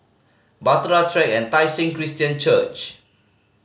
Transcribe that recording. Bahtera Track and Tai Seng Christian Church